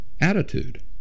attitude